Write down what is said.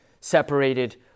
separated